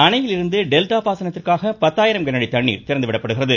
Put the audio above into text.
அணையிலிருந்து டெல்டா பாசனத்திற்காக பத்தாயிரம் கனஅடி தண்ணீர் திறந்துவிடப்படுகிறது